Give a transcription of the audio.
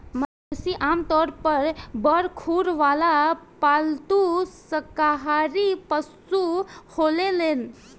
मवेशी आमतौर पर बड़ खुर वाला पालतू शाकाहारी पशु होलेलेन